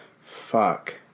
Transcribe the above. Fuck